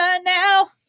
now